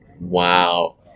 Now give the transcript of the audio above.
Wow